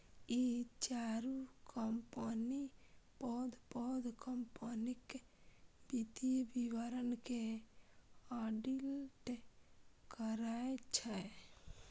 ई चारू कंपनी पैघ पैघ कंपनीक वित्तीय विवरण के ऑडिट करै छै